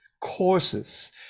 courses